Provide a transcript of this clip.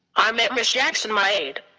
i met miss jackson my aide.